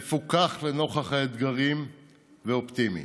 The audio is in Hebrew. מפוכח נוכח האתגרים ואופטימי.